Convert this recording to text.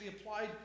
applied